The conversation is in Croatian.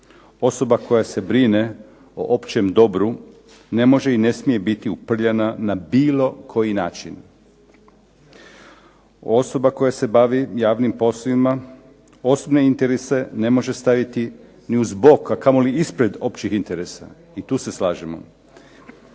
Osoba koja se brine o općem dobru ne može i ne smije biti uprljana na bilo koji način. Osoba koja se bavi javnim poslovima osobne interese ne može staviti ni uz bok, a kamoli ispred općih interesa, i tu se slažemo.